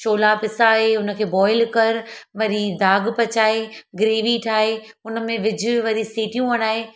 छोला पिसाए हुनखे बॉईल कर वरी दागु पचाए ग्रेवी ठाए हुनमें विझु वरी सीटियूं हणाए